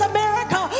America